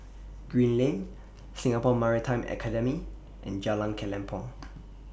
Green Lane Singapore Maritime Academy and Jalan Kelempong